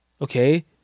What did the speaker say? okay